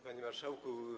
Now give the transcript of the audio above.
Panie Marszałku!